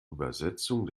übersetzung